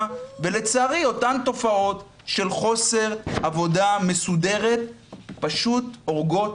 ולצערי אותן תופעות של חוסר עבודה מסודרת פשוט הורגות